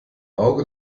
auge